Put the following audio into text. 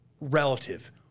relative